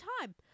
time